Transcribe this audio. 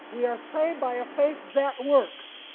we are saved by a faith that works,